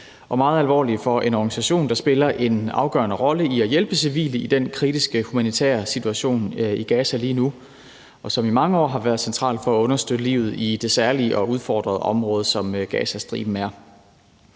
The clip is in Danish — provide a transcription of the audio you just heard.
og meget alvorlige for en organisation, der spiller en afgørende rolle i at hjælpe civile i den kritiske humanitære situation, der er i Gaza lige nu, og som i mange år har været central for at understøtte livet i det særlige og udfordrede område, som Gazastriben er.